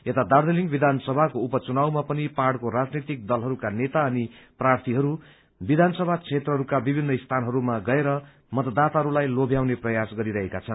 यता दार्जीलिङ विधान सभाको उपुचनावमा पनि पहाड़को राजनैतिक दलहरूका नेता अनि प्रार्थीहरू विधान सभा क्षेत्रहरूका विभिन्न स्थानहरूमा गएर मतदाताहरूलाई लोम्याउनु प्रयास गरिरहेका छन्